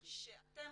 שאתם כקופה,